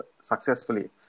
successfully